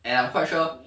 and I'm quite sure